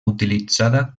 utilitzada